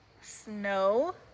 snow